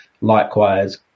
Likewise